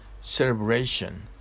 celebration